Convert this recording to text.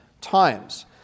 times